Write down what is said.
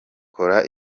kora